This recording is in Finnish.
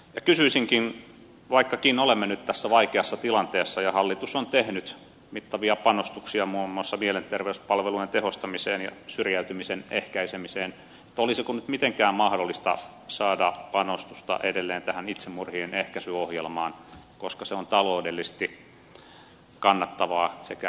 kysyisinkin vaikkakin olemme nyt tässä vaikeassa tilanteessa ja hallitus on tehnyt mittavia panostuksia muun muassa mielenterveyspalvelujen tehostamiseen ja syrjäytymisen ehkäisemiseen olisiko nyt mitenkään mahdollista saada panostusta edelleen tähän itsemurhien ehkäisyohjelmaan koska se on taloudellisesti kannattavaa sekä inhimillisesti kannattavaa